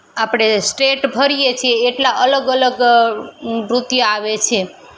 આપણે સ્ટેટ ફરીએ છીએ એટલાં અલગ અલગ નૃત્ય આવે છે